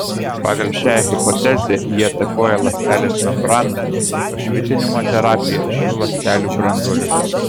pagal šią hipotezę jie atakuoja ląstelės membraną o švitinimo terapija šių ląstelių branduolius